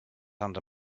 under